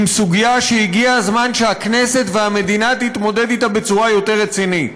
עם סוגיה שהגיע הזמן שהכנסת והמדינה תתמודדנה אתה בצורה יותר רצינית.